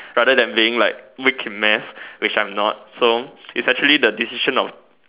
rather than being like weak in math which I'm not so it's actually the decision of